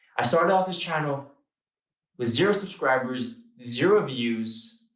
i started off this channel with zero subscribers. zero views.